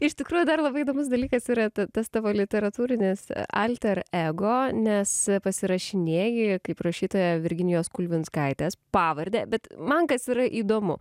iš tikrųjų dar labai įdomus dalykas yra ta tas tavo literatūrinis alter ego nes pasirašinėji kaip rašytoja virginijos kulvinskaitės pavarde bet man kas yra įdomu